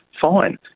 fine